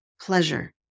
pleasure